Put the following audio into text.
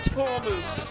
Thomas